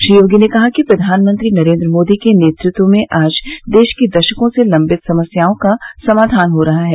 श्री योगी ने कहा कि प्रधानमंत्री नरेंद्र मोदी के नेतृत्व में आज देश की दशकों से लंबित समस्याओं का समाधान हो रहा है